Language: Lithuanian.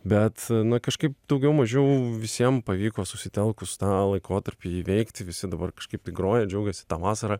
bet kažkaip daugiau mažiau visiem pavyko susitelkus tą laikotarpį įveikti visi dabar kažkaip tai groja džiaugiasi ta vasara